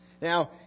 Now